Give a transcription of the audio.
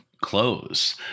clothes